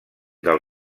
del